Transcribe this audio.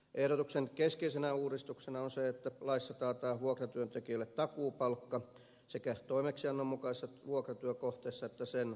ehdotuksen keskeisenä uudistuksena on se että laissa taataan vuokratyöntekijöille takuupalkka sekä toimeksiannon mukaisessa vuokratyökohteessa että sen ulkopuolella